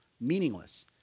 meaningless